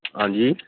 ਹਾਂਜੀ